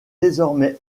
désormais